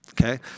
Okay